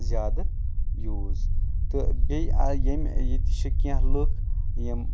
زیادٕ یوٗز تہٕ بیٚیہِ ییٚمۍ یہِ تہِ چھِ کینٛہہ لُکھ یِم